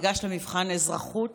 תיגש למבחן אזרחות